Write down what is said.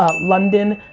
ah london,